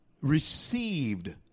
received